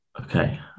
okay